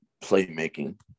playmaking